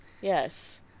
yes